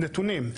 נתונים,